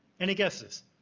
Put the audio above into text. any guesses?